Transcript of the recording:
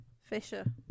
Fisher